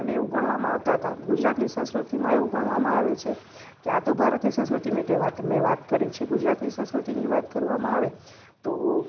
અને એવું ગણવામાં આવતાં હતાં ગુજરાતની સંસ્કૃતિમાં એવું ગણવામાં આવે છે કે આતો ભારતની સંસ્કૃતિની તે વાત મેં વાત કરી છે ગુજરાતની સંસ્કૃતિની વાત કરવામાં આવે તો